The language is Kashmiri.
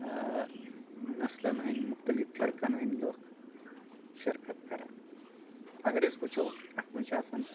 نَسلن ہٕندۍ مُختلف فرکن ہٕنٛدۍ لُکھ شرکت کَران اَگر أسۍ وٕچھو اتھ منٛز چھِ آسان